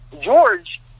George